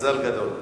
מזל גדול.